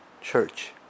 church